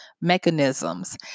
mechanisms